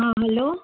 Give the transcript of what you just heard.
हा हैलो